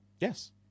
Yes